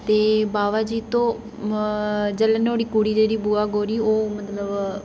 ते बावा जित्तो जेल्लै नुहाड़ी जेह्ड़ी कुड़ी बुआ कौड़ी मतलब